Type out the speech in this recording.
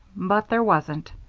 but there wasn't.